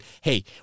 hey